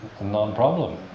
non-problem